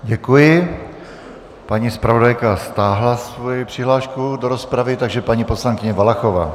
Děkuji, paní zpravodajka stáhla svoji přihlášku do rozpravy, takže paní poslankyně Valachová.